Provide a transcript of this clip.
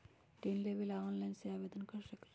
ऋण लेवे ला ऑनलाइन से आवेदन कर सकली?